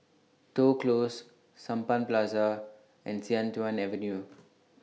Toh Close Sampan and Sian Tuan Avenue